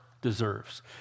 deserves